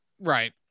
Right